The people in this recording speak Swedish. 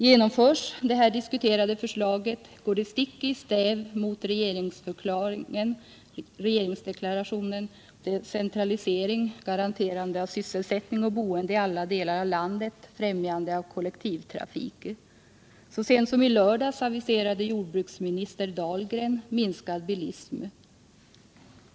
Genomförs det här diskuterade förslaget går det stick i stäv mot regeringsdeklarationen om decentralisering, garanterande av sysselsättning och boende i alla delar av landet och om främjande av kollektivtrafik. Så sent som i lördags aviserade jordbruksminister Dahlgren minskad bilism.